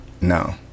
no